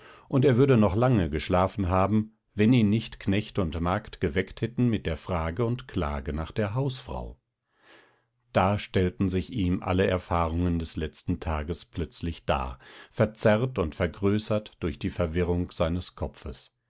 und er würde noch lange geschlafen haben wenn ihn nicht knecht und magd geweckt hätten mit der frage und klage nach der hausfrau da stellten sich ihm alle erfahrungen des letzten tages plötzlich dar verzerrt und vergrößert durch die verwirrung seines kopfes